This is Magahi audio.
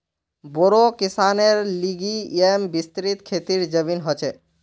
बोड़ो किसानेर लिगि येमं विस्तृत खेतीर जमीन ह छे